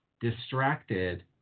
distracted